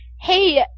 Hey